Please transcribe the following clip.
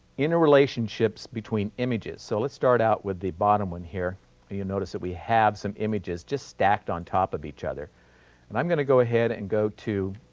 inner relationships between images. so, let's start out with the bottom one here and you'll notice that we have some images, just stacked on top of each other and i'm going to go ahead and go to